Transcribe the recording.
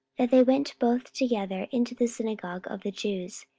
that they went both together into the synagogue of the jews,